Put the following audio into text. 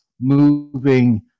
moving